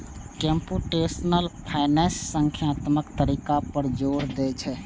computational finance संख्यात्मक तरीका पर जोर दै छै